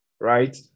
right